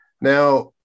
Now